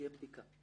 תהיה בדיקה.